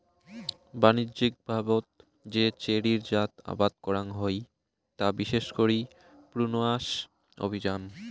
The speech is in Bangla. বাণিজ্যিকভাবত যে চেরির জাত আবাদ করাং হই তা বিশেষ করি প্রুনাস অভিয়াম